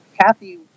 Kathy